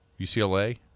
UCLA